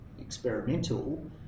experimental